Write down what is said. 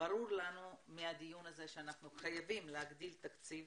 ברור לנו מהדיון הזה שאנחנו חייבים להגדיל תקציב